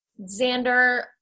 xander